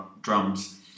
drums